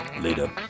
later